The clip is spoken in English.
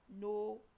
No